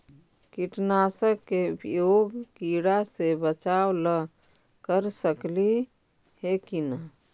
कीटनाशक के उपयोग किड़ा से बचाव ल कर सकली हे की न?